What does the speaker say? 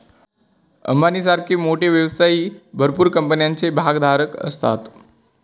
अंबानी सारखे मोठे व्यवसायी भरपूर कंपन्यांचे भागधारक असतात